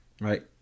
right